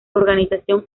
organización